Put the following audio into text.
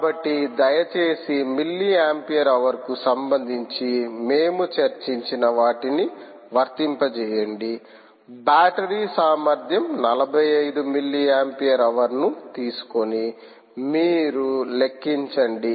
కాబట్టి దయచేసి milli ampere hour కు సంబంధించి మేము చర్చించిన వాటిని వర్తింపజేయండి బ్యాటరీ సామర్థ్యంగా 45 మిల్లీ ఆంపియర్ హవర్ ను తీసుకొని మీరు లెక్కించండి